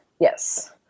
Yes